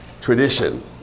tradition